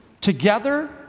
Together